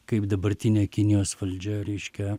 kaip dabartinė kinijos valdžia reiškia